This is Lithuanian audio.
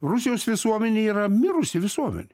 rusijos visuomenė yra mirusi visuomenė